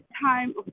time